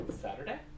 Saturday